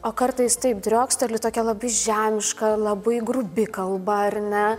o kartais taip drioksteli tokia labai žemiška labai grubi kalba ar ne